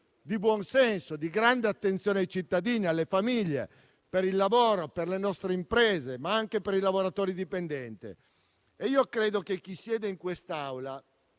di buon senso, di grande attenzione ai cittadini e alle famiglie, per il lavoro, per le nostre imprese, ma anche per i lavoratori dipendenti. Credo che chi siede in quest'Aula